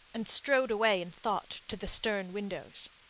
and strode away in thought to the stern windows.